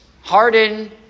harden